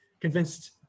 convinced